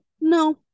no